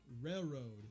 Railroad